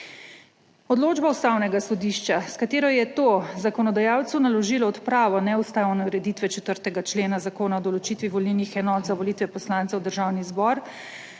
Odločba Ustavnega sodišča, s katero je to zakonodajalcu naložilo odpravo neustavne ureditve 4. člena Zakona o določitvi volilnih enot za volitve poslancev v Državni zbor